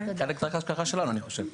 חלק תחת ההשגחה שלנו, אני חושב.